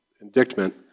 indictment